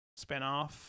spinoff